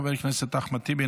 חבר הכנסת אחמד טיבי,